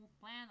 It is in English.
plan